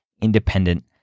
independent